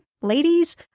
ladies